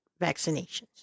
vaccinations